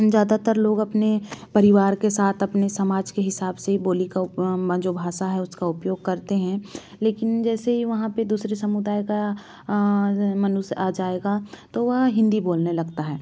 ज़्यादातर लोग अपने परिवार के साथ अपने समाज के हिसाब से ही बोली का जो भाषा है उसका उपयोग करते हैं लेकिन जैसे ही वहाँ पर दूसरे समुदाय का मनुष्य आ जाएगा तो वह हिंदी बोलने लगता है